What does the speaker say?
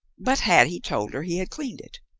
but had he told her he had cleaned it?